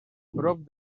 prop